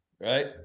right